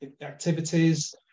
activities